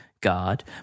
God